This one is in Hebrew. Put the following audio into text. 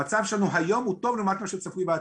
המצב שלנו היום הוא טוב לעומת מה שצפוי לנו בעתיד.